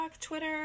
Twitter